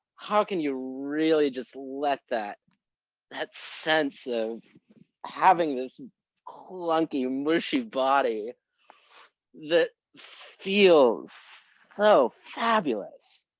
how can you really just let that that sense of having this clunky, mushy body that feels so fabulous?